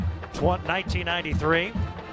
1993